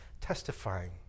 testifying